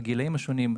בגילאים השונים,